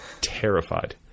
terrified